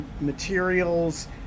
materials